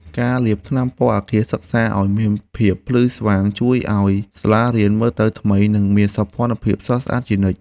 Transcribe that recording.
ការលាបថ្នាំពណ៌អគារសិក្សាឱ្យមានភាពភ្លឺស្វាងជួយឱ្យសាលារៀនមើលទៅថ្មី និងមានសោភ័ណភាពស្រស់ស្អាតជានិច្ច។